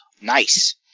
Nice